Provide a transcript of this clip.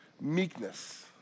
Meekness